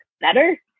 better